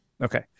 okay